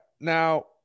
Now